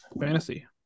Fantasy